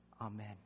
Amen